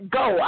go